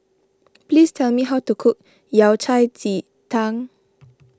please tell me how to cook Yao Cai Ji Tang